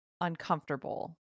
uncomfortable